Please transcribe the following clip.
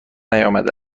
نیامده